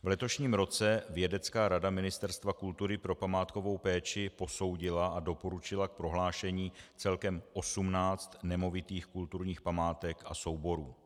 V letošním roce vědecká rada Ministerstva kultury pro památkovou péči posoudila a doporučila k prohlášení celkem 18 nemovitých kulturních památek a souborů.